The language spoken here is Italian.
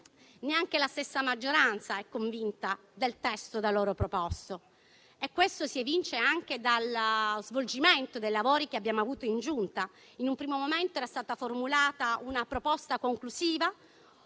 Neanche la stessa maggioranza è convinta del testo da essa proposto. Ciò si evince anche dallo svolgimento dei lavori che abbiamo avuto in Giunta; in un primo momento era stata formulata una proposta conclusiva,